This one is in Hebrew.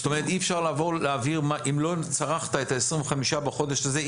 אם לא צרכת את ה-25 בחודש הזה,